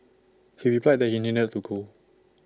he replied that he needed to go